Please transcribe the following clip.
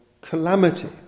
calamity